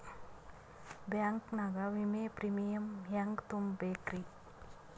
Bank ನಾಗ ವಿಮೆಯ premium ಹೆಂಗ್ ತುಂಬಾ ಬೇಕ್ರಿ?